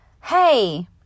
hey